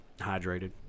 Hydrated